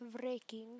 breaking